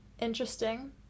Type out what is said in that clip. interesting